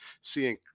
seeing